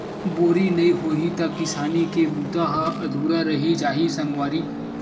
बोरी नइ होही त किसानी के बूता ह अधुरा रहि जाही सगवारी